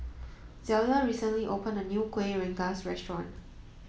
Zelda recently opened a new Kuih Rengas restaurant